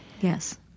Yes